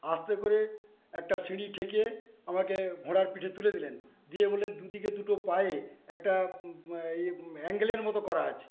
আস্তে করে একটা সিঁড়ি ঠেকিয়ে আমাকে একটা ঘোড়ার পিঠে তুলে দিলেন দিয়ে বললেন দুদিকে দুটো পায়ে একটা অ্যাঙ্গেলের মতো করা আছে